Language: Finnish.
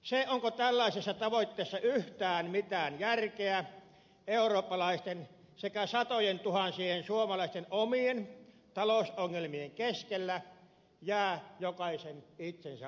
se onko tällaisessa tavoitteessa yhtään mitään järkeä eurooppalaisten sekä satojentuhansien suomalaisten omien talousongelmien keskellä jää jokaisen itsensä arvioitavaksi